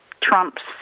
Trump's